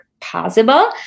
possible